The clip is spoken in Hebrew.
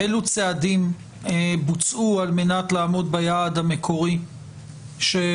אלו צעדים בוצעו על מנת לעמוד ביעד המקורי שהכרזתם